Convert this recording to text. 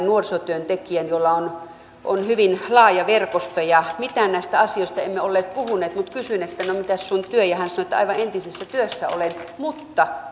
nuorisotyöntekijän jolla on on hyvin laaja verkosto ja mitään näistä asioista emme olleet puhuneet mutta kysyin että no mites sinun työsi ja hän sanoi että aivan entisessä työssä olen mutta